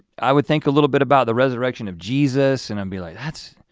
i would think a little bit about the resurrection of jesus, and i'd be like that's